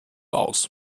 aus